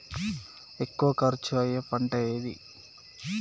ఎక్కువ ఖర్చు అయ్యే పంటేది?